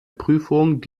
prüfung